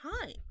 time